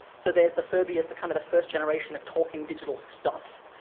so there's the furby as the kind of the first generation of talking digital stuff,